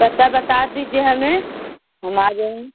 پتہ بتا دیجیے ہمیں ہم آ جائیں گے